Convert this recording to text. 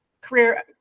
career